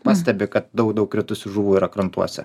pastebi kad daug kritusių žuvų yra krantuose